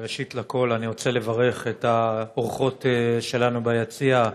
ראשית, אני רוצה לברך את האורחות שלנו ביציע.